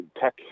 tech